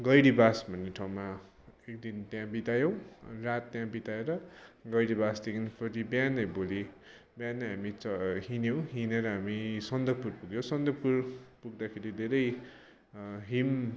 गैरीबास भन्ने ठाउँमा एकदिन त्यहाँ बितायौँ रात त्यहाँ बिताएर गैरीबासदेखि फेरि बिहानै भोलि बिहानै हामी च हिड्यौँ हिनेर हामी सन्दुकपुर पुग्यौँ सन्दुकपुर पुग्दाखेरि धेरै हिम